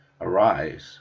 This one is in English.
arise